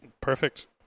Perfect